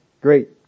great